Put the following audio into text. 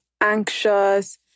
anxious